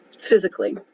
physically